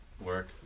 work